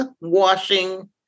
washing